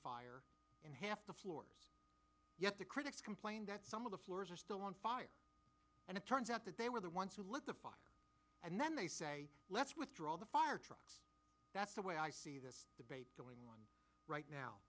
fire in half the floors yet the critics complain that some of the floors are still on fire and it turns out that they were the ones who lit the fire and then they say let's withdraw the fire truck that's the way i see this debate going on right